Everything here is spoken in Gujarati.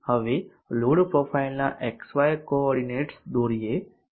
હવે લોડ પ્રોફાઇલના xy કોઓર્ડિનેટ્સ દોરીએ